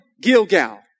Gilgal